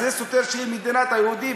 זה סותר שתהיה מדינת היהודים,